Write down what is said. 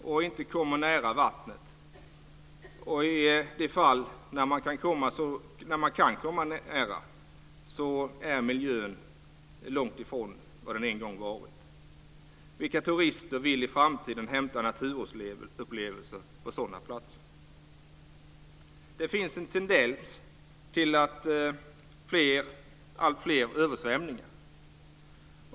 Då kommer man inte nära vattnet, och i de fall som man kan komma nära så är miljön långt ifrån vad den en gång har varit. Vilka turister vill i framtiden hämta naturupplevelser på sådana platser? Det finns en tendens till alltfler översvämningar.